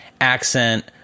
accent